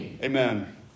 Amen